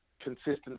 consistency